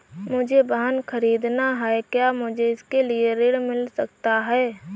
मुझे वाहन ख़रीदना है क्या मुझे इसके लिए ऋण मिल सकता है?